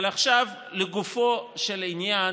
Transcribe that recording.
אבל עכשיו לגופו של עניין,